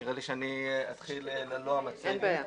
נראה לי שאני אתחיל ללא המצגת.